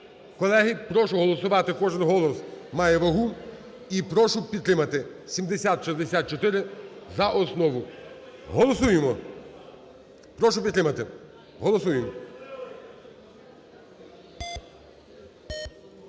Колеги, прошу голосувати, кожен голос має вагу, і прошу підтримати. 7064 – за основу. Голосуємо! Прошу підтримати. Голосуємо.